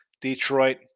Detroit